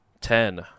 Ten